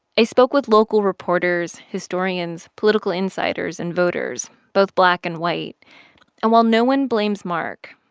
i spoke with local reporters, historians, political insiders and voters both black and white and while no one blames mark,